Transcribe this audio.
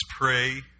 pray